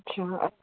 अच्छा